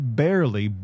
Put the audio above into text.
barely